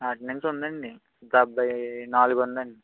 attendance ఉందండి డెబ్భై నాలుగుందండి